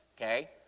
Okay